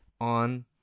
on